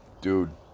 dude